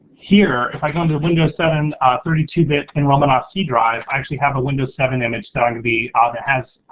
here, if i go into windows seven ah thirty two bit nromanoff-c-drive, i actually have a windows seven image that i'm gonna be, ah that has